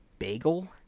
bagel